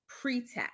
pretext